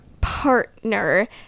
partner